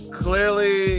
clearly